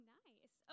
nice